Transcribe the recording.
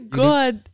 god